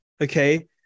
okay